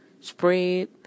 spread